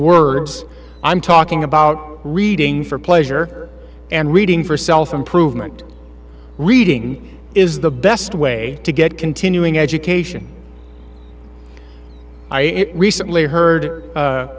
words i'm talking about reading for pleasure and reading for self improvement reading is the best way to get continuing education i recently heard